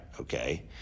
Okay